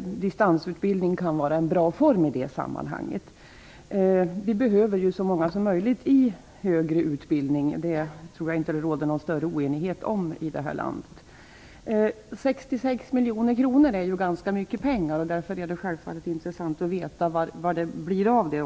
Distansutbildning kan vara en bra form i det sammanhanget. Vi behöver så många som möjligt i högre utbildning. Det tror jag inte att det råder någon större oenighet om i det här landet. 66 miljoner kronor är ganska mycket pengar. Därför är det självfallet intressant att veta vad det blir av dem.